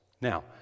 Now